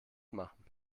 machen